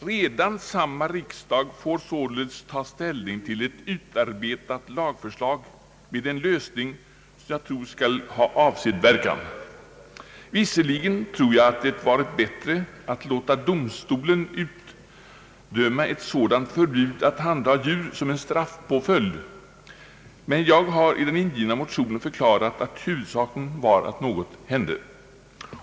Redan samma riksdag får således ta ställning till ett utarbetat lagförslag, och jag tror att de nya reglerna skall ha avsedd verkan. Visserligen hade det nog varit bättre att låta domstolen utdöma ett förbud att handha djur som en straffpåföljd, men jag har i den ingivna motionen förklarat att huvudsaken var att något hände.